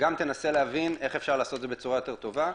גם תנסה להבין איך אפשר לעשות את זה בצורה יותר טובה.